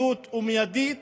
כנגד שלטון המנדט,